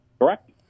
Correct